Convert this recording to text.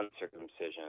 uncircumcision